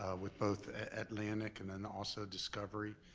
ah with both atlantic and then also discovery,